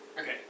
Okay